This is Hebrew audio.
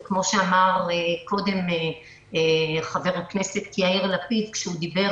וכפי שאמר קודם חבר הכנסת יאיר לפיד כשהוא דיבר